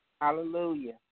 Hallelujah